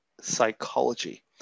psychology